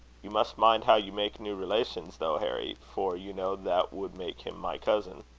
you must mind how you make new relations, though, harry for you know that would make him my cousin.